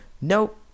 Nope